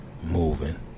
moving